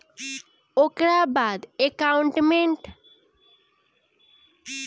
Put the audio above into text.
ओकरा बाद account statement पे जा आ खाता संख्या के सलेक्ट करे